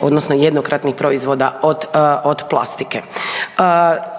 odnosno jednokratnih proizvoda od plastike.